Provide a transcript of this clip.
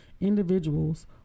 individuals